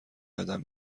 قدم